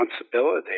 responsibility